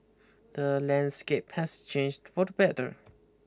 the landscape has changed for the better